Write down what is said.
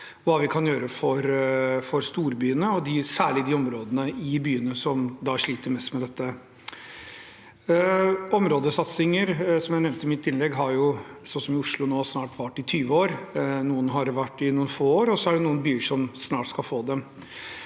hva vi kan gjøre for storbyene, og særlig de områdene i byene som sliter mest med dette. Områdesatsinger, som jeg nevnte i mitt innlegg, har noen steder, som i Oslo, snart vart i over 20 år. Noen har vart i noen få år, og så er det noen byer som snart skal få dem.